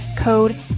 code